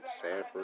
Sanford